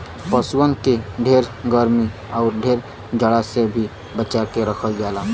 पसुअन के ढेर गरमी आउर ढेर जाड़ा से भी बचा के रखल जाला